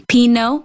Pino